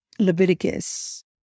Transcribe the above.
Leviticus